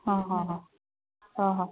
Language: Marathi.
हां हां हां हां हां